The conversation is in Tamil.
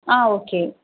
ஆ ஓகே